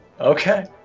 Okay